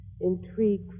Intrigue